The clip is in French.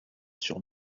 sur